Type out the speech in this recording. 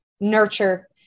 nurture